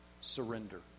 Surrender